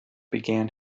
began